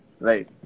right